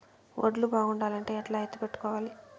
వడ్లు బాగుండాలంటే ఎట్లా ఎత్తిపెట్టుకోవాలి?